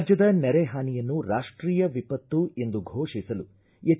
ರಾಜ್ಯದ ನೆರೆ ಹಾನಿಯನ್ನು ರಾಷ್ಟೀಯ ವಿಪತ್ತು ಎಂದು ಫೋಷಿಸಲು ಎಚ್